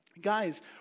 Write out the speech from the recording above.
Guys